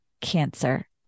cancer